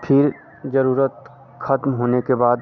फिर जरूरत खत्म होने के बाद